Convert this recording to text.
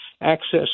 access